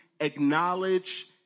acknowledge